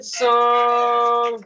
song